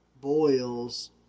boils